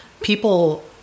people